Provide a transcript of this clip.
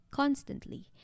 constantly